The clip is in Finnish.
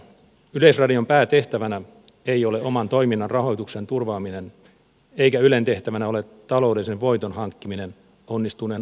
yleisradion päätehtävänä ei ole oman toiminnan rahoituksen turvaaminen eikä ylen tehtävänä ole taloudellisen voiton hankkiminen onnistuneen ohjelmatoiminnan avulla